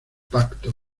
pacto